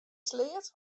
sleat